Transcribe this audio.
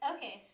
Okay